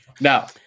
Now